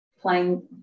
playing